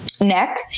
neck